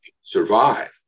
survive